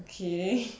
okay